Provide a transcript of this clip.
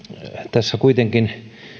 tässä kuitenkin